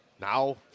now